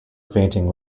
fainting